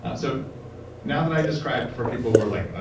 ah so now that i described for people who are like,